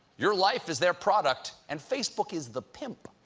your life is their product and facebook is the pimp.